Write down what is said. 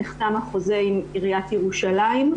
נחתם החוזה עם עיריית ירושלים,